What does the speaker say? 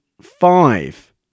five